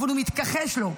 אבל הוא מתכחש לו,